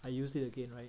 I use it again right